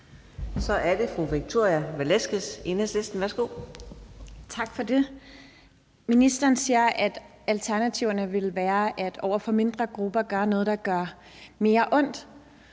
Så er det fru Victoria Velasquez, Enhedslisten. Værsgo. Kl. 17:56 Victoria Velasquez (EL): Tak for det. Ministeren siger, at alternativerne ville være over for mindre grupper at gøre noget, der gør mere ondt.